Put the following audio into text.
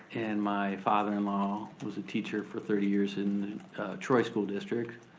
and my father-in-law was a teacher for thirty years in troy school district.